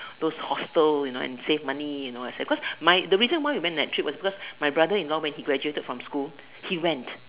those hostels you know and save money you know what I say cause my the reason why we went that trip was because my brother-in-law when he graduated from school he went